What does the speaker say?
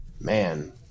Man